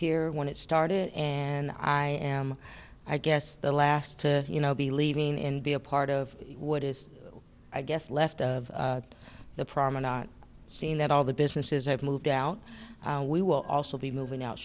here when it started and i am i guess the last to you know be leaving and be a part of what is i guess left of the prominent scene that all the businesses have moved out we will also be moving out